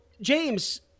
James